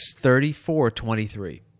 34-23